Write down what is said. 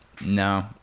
no